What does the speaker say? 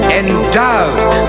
endowed